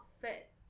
fit